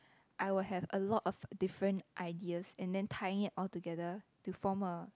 I will have a lot of different ideas and then tying it all together to form a